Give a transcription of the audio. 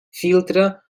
filtre